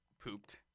pooped